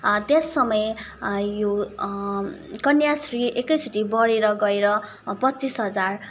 त्यस समय यो कन्याश्री एकैचोटि बढेर गएर पच्चिस हजार